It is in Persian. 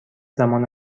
زمان